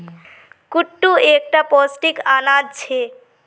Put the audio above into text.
कुट्टू एक टा पौष्टिक अनाज छे